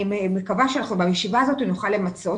אני מקווה שבישיבה הזאת נוכל למצות.